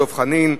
דב חנין,